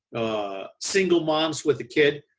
ah single mom's with a kid,